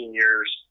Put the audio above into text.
years